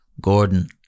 Gordon